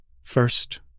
First